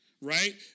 right